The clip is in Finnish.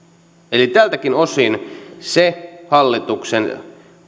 eli tältäkin osin se hallituksen